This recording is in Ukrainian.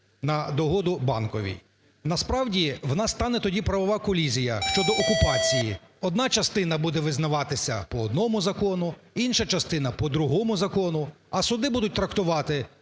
на догоду Банковій. Насправді, в нас стане тоді правова колізія щодо окупації: одна частина буде визнаватися по одному закону, інша частина по другому закону, а суди будуть трактувати